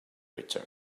return